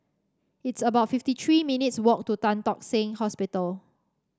it's about fifty three minutes' walk to Tan Tock Seng Hospital